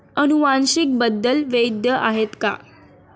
अनुवांशिक बदल वैध आहेत का?